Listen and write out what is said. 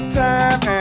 time